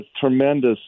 tremendous